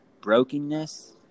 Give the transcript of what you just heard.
brokenness